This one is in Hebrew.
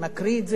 מקריא את זה?